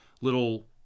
little